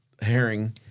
herring